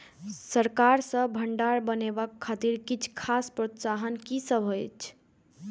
सरकार सँ भण्डार बनेवाक खातिर किछ खास प्रोत्साहन कि सब अइछ?